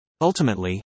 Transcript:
Ultimately